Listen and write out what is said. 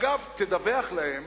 אגב, תדווח להם